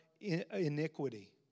iniquity